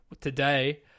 today